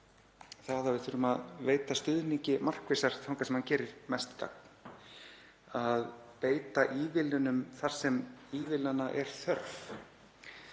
að við þurfum að veita stuðningi markvissar þangað sem hann gerir mest gagn, að beita ívilnunum þar sem ívilnana er þörf.